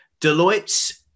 Deloitte